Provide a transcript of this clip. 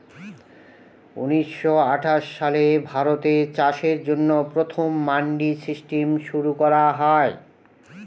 উনিশশো আঠাশ সালে ভারতে চাষের জন্য প্রথম মান্ডি সিস্টেম শুরু করা হয়